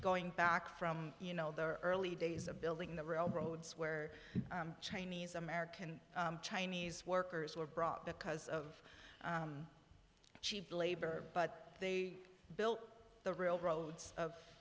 going back from you know the early days of building the railroads where chinese american chinese workers were brought because of cheap labor but they built the railroads of